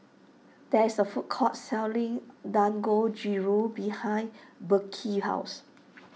there is a food court selling Dangojiru behind Burke's house